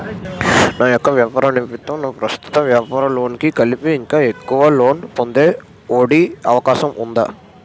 నా యెక్క వ్యాపార నిమిత్తం నా ప్రస్తుత వ్యాపార లోన్ కి కలిపి ఇంకా ఎక్కువ లోన్ పొందే ఒ.డి అవకాశం ఉందా?